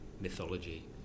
mythology